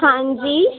ہاں جی